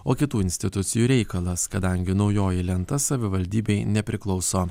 o kitų institucijų reikalas kadangi naujoji lenta savivaldybei nepriklauso